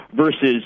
versus